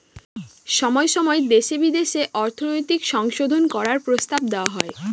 সময় সময় দেশে বিদেশে অর্থনৈতিক সংশোধন করার প্রস্তাব দেওয়া হয়